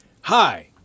Hi